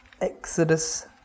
Exodus